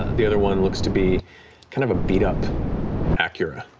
the other one looks to be kind of a beat-up acura.